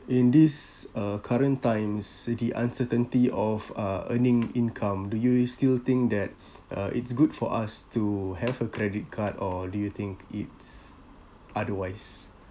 in this uh current times with the uncertainty of uh earning income do you still think that uh it's good for us to have a credit card or do you think it's otherwise